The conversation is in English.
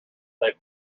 they